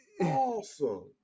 awesome